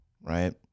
right